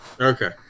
Okay